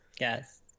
Yes